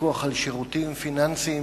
לפיקוח על שירותים פיננסיים